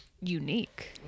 unique